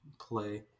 play